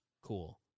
cool